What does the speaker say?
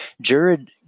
Jared